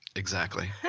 exactly.